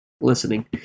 listening